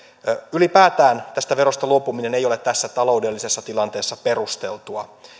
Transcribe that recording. ylipäätään tästä verosta luopuminen ei ole tässä taloudellisessa tilanteessa perusteltua